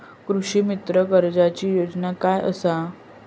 कृषीमित्र कर्जाची योजना काय असा?